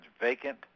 vacant